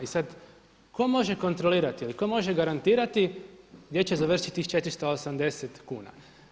I sad tko može kontrolirati ili ko može garantirati gdje će završiti tih 480 kuna?